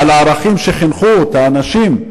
והערכים שחינכו את האנשים,